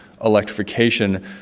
Electrification